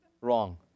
wrong